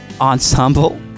ensemble